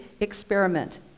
Experiment